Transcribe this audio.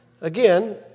again